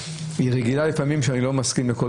היא רגילה לפעמים שאני לא מסכים לכול